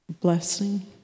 blessing